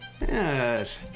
Yes